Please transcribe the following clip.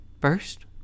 First